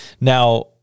Now